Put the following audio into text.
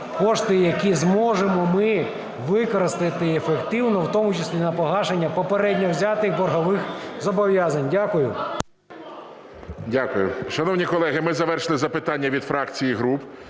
кошти, які зможемо ми використати ефективно, в тому числі і на погашення попередньо взятих боргових зобов'язань. Дякую. ГОЛОВУЮЧИЙ. Дякую. Шановні колеги, ми завершили запитання від фракцій і груп.